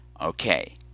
okay